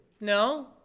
No